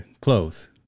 close